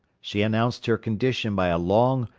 she announced her condition by a long,